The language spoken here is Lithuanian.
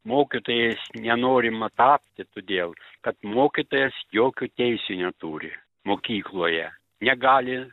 mokytojais nenorima tapti todėl kad mokytojas jokių teisių neturi mokykloje negali